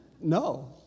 No